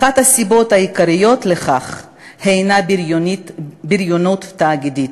אחת הסיבות העיקריות לכך היא בריונות תאגידית.